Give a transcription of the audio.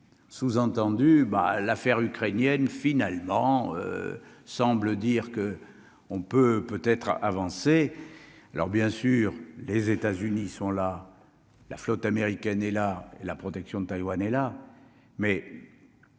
sous-entendu : bah, l'affaire ukrainienne finalement semble dire que on peut peut être avancé alors bien sûr, les États-Unis sont là, la flotte américaine et la la protection de Taïwan et là, mais